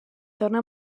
torna